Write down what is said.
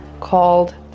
called